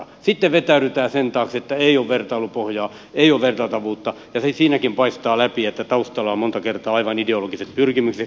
sitten vetäydytään sen taakse että ei ole vertailupohjaa ei ole vertailtavuutta ja sitten siinäkin paistaa läpi että taustalla ovat monta kertaa aivan ideologiset pyrkimykset